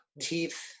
Teeth